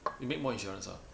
you make more insurance ah